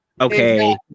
Okay